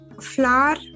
flour